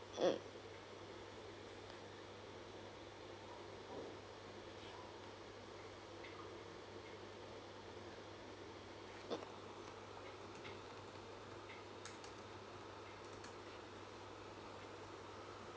mm mm